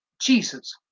Jesus